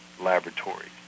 laboratories